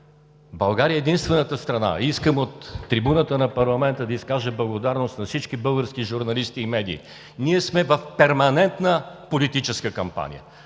България е единствената страна – искам от трибуната на парламента да изкажа благодарност на всички български журналисти и медии: ние сме в перманентна политическа кампания.